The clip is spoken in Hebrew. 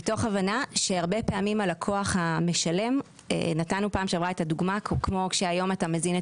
נתנו בפעם שעברה את הדוגמה: אתה הזנת את